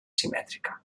simètrica